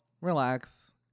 relax